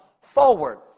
forward